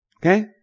Okay